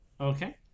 Okay